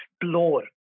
explore